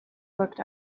looked